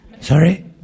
Sorry